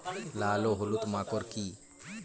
লাল ও হলুদ মাকর কী?